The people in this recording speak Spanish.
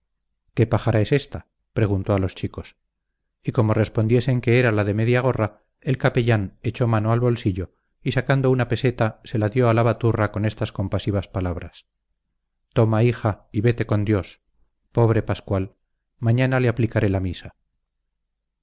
qué pájara es ésta preguntó a los chicos y como respondiesen que era la de mediagorra el capellán echó mano al bolsillo y sacando una peseta se la dio a la baturra con estas compasivas palabras toma hija y vete con dios pobre pascual mañana le aplicaré la misa